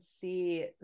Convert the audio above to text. see